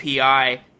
API